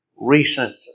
recent